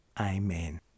Amen